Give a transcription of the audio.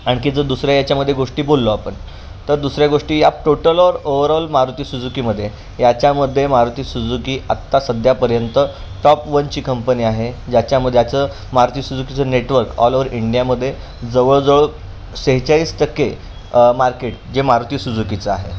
आणखी जर दुसऱ्या याच्यामध्ये गोष्टी बोललो आपण तर दुसऱ्या गोष्टी या टोटल ऑर ओवरऑल मारुती सुजुकीमध्ये याच्यामध्ये मारुती सुजुकी आत्ता सध्यापर्यंत टॉप वनची कंपनी आहे ज्याच्यामध्ये याचं मारुती सुजुकीचं नेटवर्क ऑल ओवर इंडियामध्ये जवळजवळ शेहेचाळीस टक्के मार्केट जे मारुती सुजुकीचं आहे